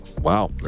Wow